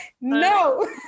No